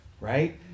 right